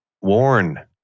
warn